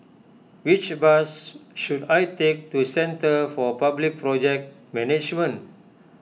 which bus should I take to Centre for Public Project Management